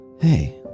Hey